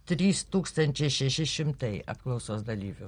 trys tūkstančiai šeši šimtai apklausos dalyvių